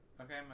Okay